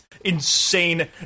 insane